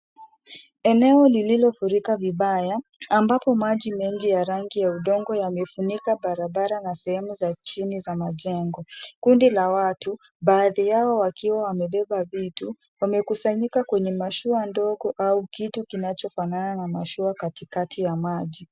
Eneo lililofurika vibaya ambapo maji mengi ya rangi ya udongo yamefunika barabara na sehemu za chini za majengo. Kundi la watu, baadhi yao wakiwa wamebeba vitu, wamekusanyika kwenye mashua ndogo au kitu kinachofanana na mashua katikati ya maji.